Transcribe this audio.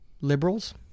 liberals